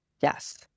Yes